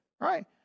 right